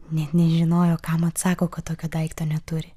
net nežinojo kam atsako kad tokio daikto neturi